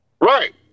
Right